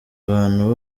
abantu